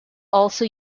also